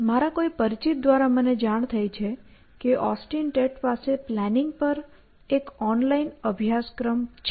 મારા કોઈ પરિચિત દ્વારા મને જાણ થઈ છે કે ઑસ્ટિન ટેટ પાસે પ્લાનિંગ પર એક ઓનલાઇન અભ્યાસક્રમ છે